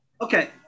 Okay